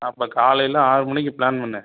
அப்போ காலையில் ஆறு மணிக்கு பிளான் பண்ணு